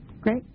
great